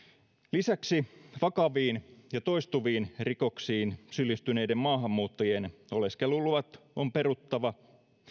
lisäksi vakaviin ja toistuviin rikoksiin syyllistyneiden maahanmuuttajien oleskeluluvat on peruttava